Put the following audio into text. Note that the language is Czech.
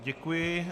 Děkuji.